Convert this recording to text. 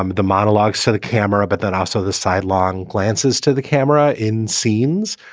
um the monologues to the camera, but then also the sidelong glances to the camera in scenes.